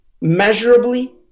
measurably